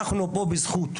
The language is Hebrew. אנחנו פה בזכות.